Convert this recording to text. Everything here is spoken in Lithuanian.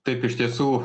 taip iš tiesų